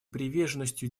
приверженностью